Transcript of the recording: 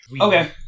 Okay